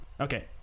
Okay